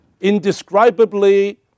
indescribably